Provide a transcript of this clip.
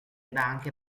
banche